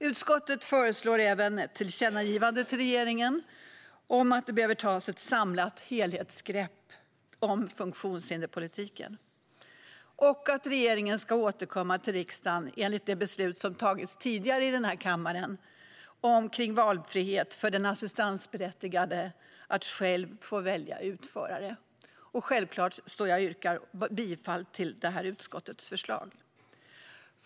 Utskottet föreslår även ett tillkännagivande till regeringen om att det behöver tas ett samlat helhetsgrepp om funktionshinderspolitiken och att regeringen ska återkomma till riksdagen enligt det beslut som har fattats tidigare i den här kammaren om valfrihet för den assistansberättigade i valet av utförare. Man ska själv få välja. Jag yrkar självfallet bifall till utskottets förslag.